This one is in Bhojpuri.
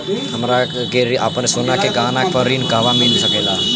हमरा के आपन सोना के गहना पर ऋण कहवा मिल सकेला?